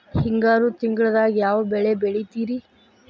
ಹಿಂಗಾರು ತಿಂಗಳದಾಗ ಯಾವ ಬೆಳೆ ಬೆಳಿತಿರಿ?